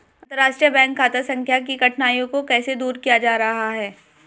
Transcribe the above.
अंतर्राष्ट्रीय बैंक खाता संख्या की कठिनाइयों को कैसे दूर किया जा रहा है?